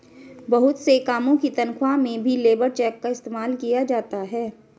बहुत से कामों की तन्ख्वाह में भी लेबर चेक का इस्तेमाल किया जाता है